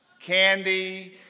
candy